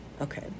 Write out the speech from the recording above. Okay